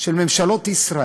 המדיניות של ממשלות ישראל